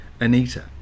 Anita